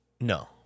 No